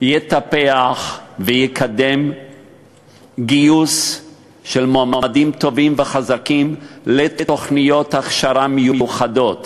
יטפח ויקדם גיוס של מועמדים טובים וחזקים לתוכניות הכשרה מיוחדות